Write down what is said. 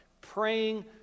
praying